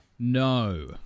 No